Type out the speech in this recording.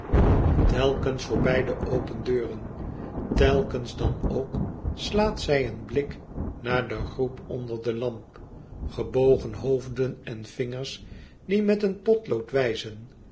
telkens voorbij de open deuren telkens dan ook slaat zij een blik naar de groep onder de lamp gebogen hoofden en vingers die met een potlood wijzen